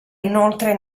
inoltre